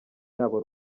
yabo